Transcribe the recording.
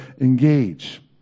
engage